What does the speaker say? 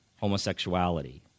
homosexuality